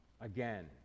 again